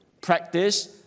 practice